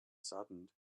saddened